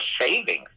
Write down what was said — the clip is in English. savings